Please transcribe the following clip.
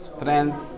friends